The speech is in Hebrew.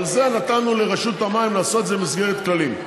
אבל את זה נתנו לרשות המים לעשות במסגרת כללים.